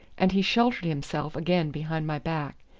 and he sheltered himself again behind my back.